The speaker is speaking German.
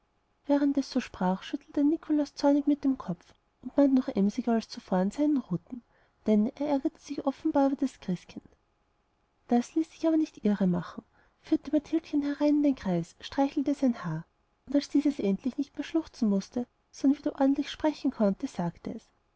während es so sprach schüttelte der nikolaus zornig mit dem kopf und band noch emsiger als zuvor an seinen ruten denn er ärgerte sich offenbar über das christkind das ließ sich aber nicht irremachen führte mathildchen herein in den kreis streichelte sein haar und als dieses endlich nicht mehr schluchzen mußte sondern wieder ordentlich sprechen konnte sagte es